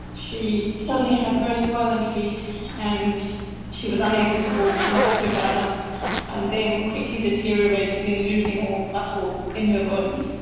she suddenly had very swollen feet and she was unable to walk. she lost her balance and then quickly deteriorated in losing all the muscle in her body.